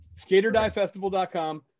skaterdiefestival.com